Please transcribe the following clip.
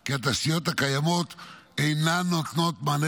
כי התשתיות הקיימות אינן נותנות מענה